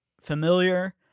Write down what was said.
familiar